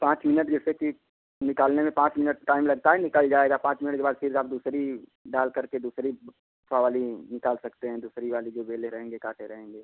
पाँच मिनट जैसे कि निकालने में पाँच मिनट टाइम लगता है निकल जाएगा पाँच मिनट के बाद फ़िर आप दूसरी डाल करके दूसरी फ वाली निकाल सकते हैं दूसरी वाली जो बेले रहेंगे काटे रहेंगे